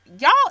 y'all